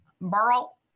Burl